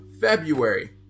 February